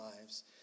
lives